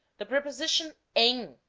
the preposition em,